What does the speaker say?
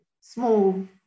small